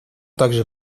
также